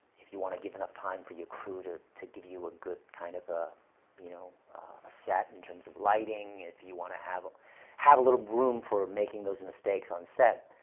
if you want to give enough time for your crew to to give you a good kind of ah you know set in terms of lighting, if you want to have have a little room for making those mistakes on set,